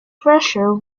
pressure